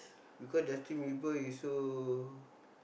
because Justin-Bieber is so